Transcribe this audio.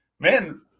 Man